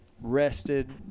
rested